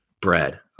bread